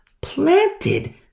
planted